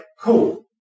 cool